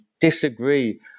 disagree